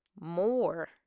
more